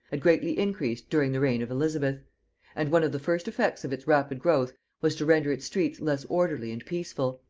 had greatly increased during the reign of elizabeth and one of the first effects of its rapid growth was to render its streets less orderly and peaceful.